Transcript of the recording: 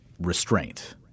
restraint